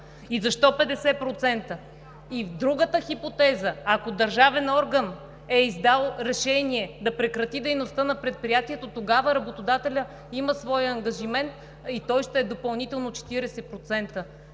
И защо 50%? И в другата хипотеза – ако държавен орган е издал решение да прекрати дейността на предприятието, тогава работодателят има своя ангажимент и той ще е допълнително 40%.